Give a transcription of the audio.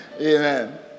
Amen